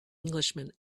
englishman